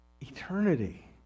eternity